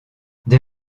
des